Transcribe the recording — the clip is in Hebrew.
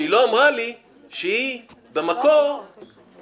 שהיא לא אמרה לי שהיא במקור תושבת